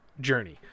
journey